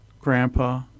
grandpa